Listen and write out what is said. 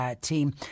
team